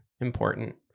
important